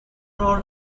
are